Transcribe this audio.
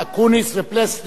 ובזאת אנחנו מסיימים.